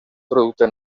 producte